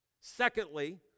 Secondly